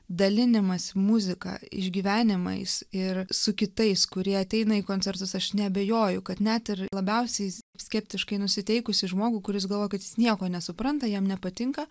dalinimąsi muzika išgyvenimais ir su kitais kurie ateina į koncertus aš neabejoju kad net ir labiausiai skeptiškai nusiteikusį žmogų kuris galvoja kad jis nieko nesupranta jam nepatinka